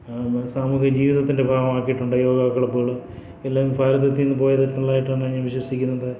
സാമൂഹിക ജീവിതത്തിൻ്റെ ഭാഗമാക്കിയിട്ടുണ്ട് യോഗ പലപ്പോളും എല്ലാം ഭാരതത്തിൽ നിന്ന് പോയ രത്നങ്ങളായിട്ടാണ് ഞാൻ വിശ്വസിക്കുന്നത്